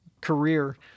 career